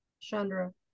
Chandra